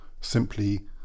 simply